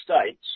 States